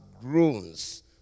groans